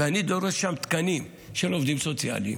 ואני דורש שם תקנים של עובדים סוציאליים,